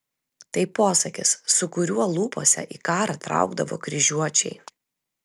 tai posakis su kuriuo lūpose į karą traukdavo kryžiuočiai